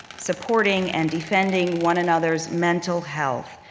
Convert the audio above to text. supporting and defending one another's mental health,